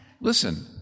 Listen